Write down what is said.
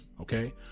Okay